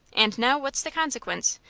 and now what's the consequence?